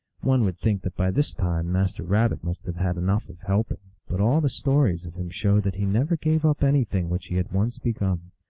one would think that by this time master rabbit must have had enough of helping, but all the stories of him show that he never gave up anything which he had once begun.